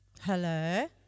hello